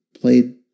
played